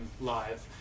live